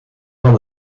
van